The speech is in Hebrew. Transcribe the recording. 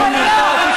באופן מפתיע.